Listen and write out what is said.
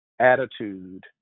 attitude